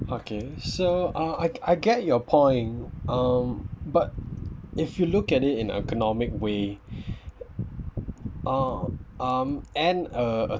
okay so uh I I get your point um but if you look at it in economic way uh um and uh